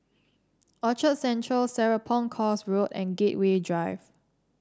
Orchard Central Serapong Course Road and Gateway Drive